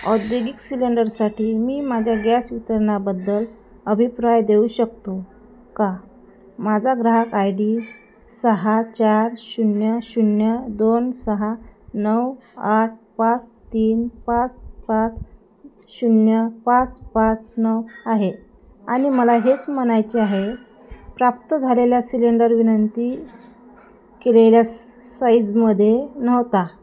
औद्योगिक सिलेंडरसाठी मी माझ्या गॅस वितरणाबद्दल अभिप्राय देऊ शकतो का माझा ग्राहक आय डी सहा चार शून्य शून्य दोन सहा नऊ आठ पाच तीन पाच पाच शून्य पाच पाच नऊ आहे आणि मला हेच म्हणायचे आहे प्राप्त झालेल्या सिलेंडर विनंती केलेल्या साइजमध्ये नव्हता